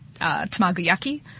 tamagoyaki